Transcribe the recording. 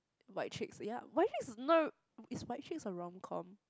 White Chicks ya White Chicks is not is White Chicks a romcom